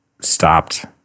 stopped